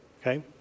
okay